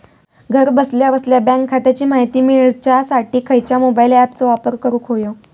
घरा बसल्या बसल्या बँक खात्याची माहिती मिळाच्यासाठी खायच्या मोबाईल ॲपाचो वापर करूक होयो?